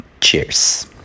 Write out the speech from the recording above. Cheers